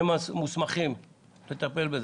הם מוסמכים לטפל בזה.